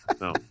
No